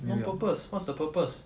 waht purpose what's the purpose